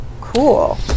Cool